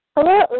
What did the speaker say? Hello